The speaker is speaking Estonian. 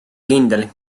kindel